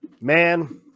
man